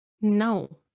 No